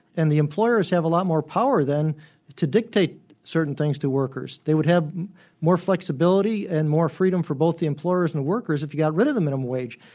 and the employers have a lot more power to dictate certain things to workers. they would have more flexibility and more freedom for both the employers and the workers if you got rid of the minimum wage.